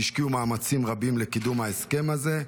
שהשקיעו מאמצים רבים לקידום ההסכם הזה.